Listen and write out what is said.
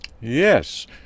yes